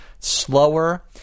slower